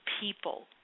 people